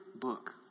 book